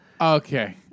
Okay